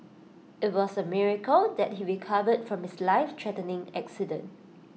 IT was A miracle that he recovered from his lifethreatening accident